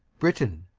britain.